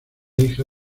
hija